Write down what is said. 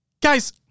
guys